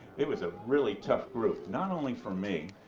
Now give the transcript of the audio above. it was a really tough group, not only for me,